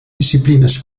disciplines